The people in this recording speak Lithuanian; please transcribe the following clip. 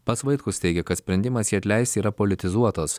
pats vaitkus teigia kad sprendimas jį atleisti yra politizuotas